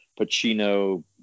Pacino